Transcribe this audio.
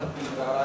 תיזהר,